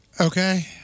Okay